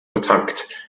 betankt